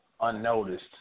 unnoticed